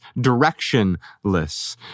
directionless